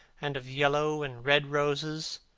and of yellow and red roses,